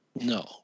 No